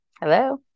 Hello